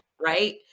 right